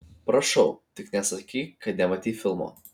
prašau tik nesakyk kad nematei filmo